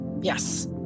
Yes